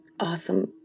awesome